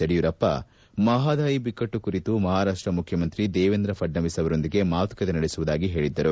ಯಡಿಯೂರಪ್ಪ ಮಹದಾಯಿ ಬಿಕ್ಕಟ್ನು ಕುರಿತು ಮಹಾರಾಪ್ಷ ಮುಖ್ಯಮಂತ್ರಿ ದೇವೇಂದ್ರ ಫಡ್ನವೀಸ್ ಅವರೊಂದಿಗೆ ಮಾತುಕತೆ ನಡೆಸುವುದಾಗಿ ಹೇಳಿದ್ದರು